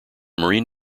marine